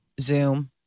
Zoom